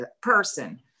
person